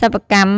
សិប្បកម្ម